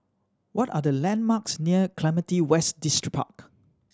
what are the landmarks near Clementi West Distripark